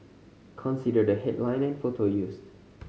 consider the headline and photo used